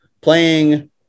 playing